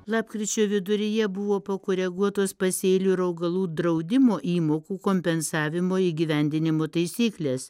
lapkričio viduryje buvo pakoreguotos pasėlių ir augalų draudimo įmokų kompensavimo įgyvendinimo taisyklės